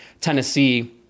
Tennessee